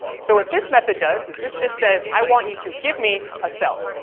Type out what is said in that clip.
so what this method does is this just says i want you to give me a cell.